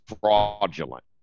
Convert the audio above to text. fraudulent